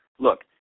Look